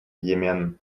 йемен